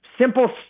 simple